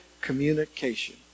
communication